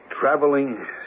traveling